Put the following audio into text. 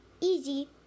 easy